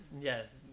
Yes